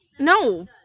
No